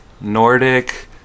Nordic